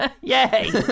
yay